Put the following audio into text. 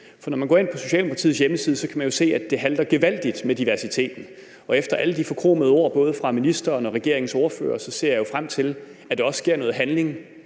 For når man går ind på Socialdemokratiets hjemmeside, kan man jo se, at det halter gevaldigt med diversiteten. Efter alle de forkromede ord fra både ministeren og regeringens ordførere ser jeg frem til, at der også sker noget handling